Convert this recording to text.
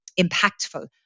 impactful